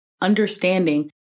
understanding